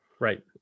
Right